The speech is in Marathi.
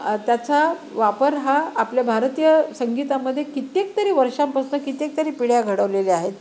त्याचा वापर हा आपल्या भारतीय संगीतामध्ये कित्येक तरी वर्षांपासनं कित्येकतरी पिढ्या घडवलेल्या आहेत